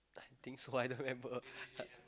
think so I don't remember